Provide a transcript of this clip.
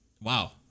wow